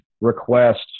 request